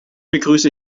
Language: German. begrüße